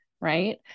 right